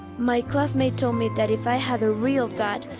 my classmate told me that if i had a real dad,